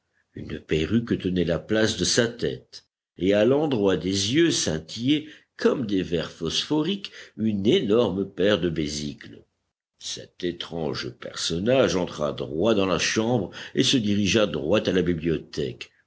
une perruque tenait la place de sa tête et à l'endroit des yeux scintillait comme des vers phosphoriques une énorme paire de besicles cet étrange personnage entra droit dans la chambre et se dirigea droit à la bibliothèque